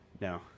No